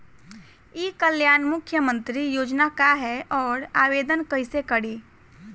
ई कल्याण मुख्यमंत्री योजना का है और आवेदन कईसे करी?